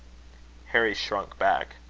harry shrunk back.